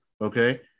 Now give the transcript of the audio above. okay